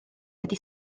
wedi